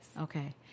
okay